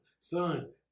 Son